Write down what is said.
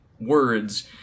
words